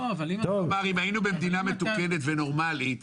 לא, אבל אם היינו במדינה מתוקנת ונורמלית